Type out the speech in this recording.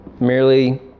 merely